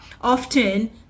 often